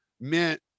meant